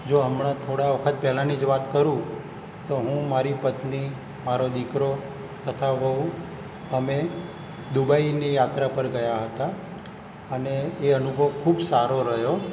જો હમણાં થોડા વખત પહેલાંની જ વાત કરું તો હું મારી પત્ની મારો દીકરો તથા વહુ અમે દુબઈની યાત્રા પર ગયા હતા અને એ અનુભવ ખૂબ સારો રહ્યો